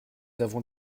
avons